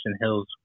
Hills